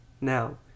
Now